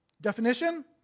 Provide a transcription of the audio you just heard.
Definition